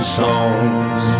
songs